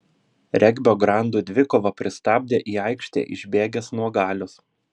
regbio grandų dvikovą pristabdė į aikštę išbėgęs nuogalius